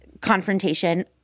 confrontation